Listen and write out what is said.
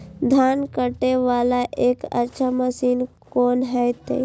धान कटे वाला एक अच्छा मशीन कोन है ते?